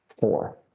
Four